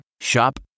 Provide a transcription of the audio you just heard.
Shop